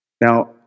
Now